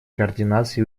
координации